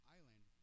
Island